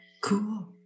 Cool